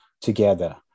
together